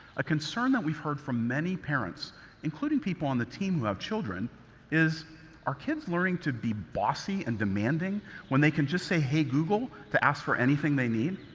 a concern that we've heard from many parents including people on the team who have children is are kids learning to be bossy and demanding when they can just say, hey google to ask for anything they need?